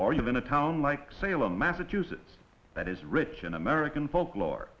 or even a town like salem massachusetts that is rich in american folklore